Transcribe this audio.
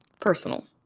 personal